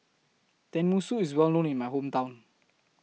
Tenmusu IS Well known in My Hometown